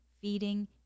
feeding